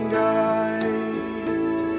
guide